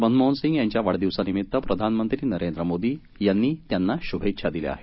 मनमोहन सिंग यांच्या वाढदिवसानिमित्त प्रधानमंत्री नरेंद मोदी यांनी त्यांना शुभेच्छा दिल्या आहेत